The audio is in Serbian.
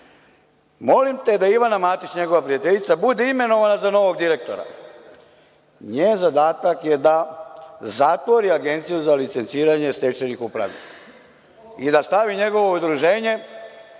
molim te da Ivana Matić, njegova prijateljica, bude imenovana za novog direktora. Njen zadatak je da zatvori Agenciju za licenciranje stečajnih upravnika i da stavi njegovo udruženje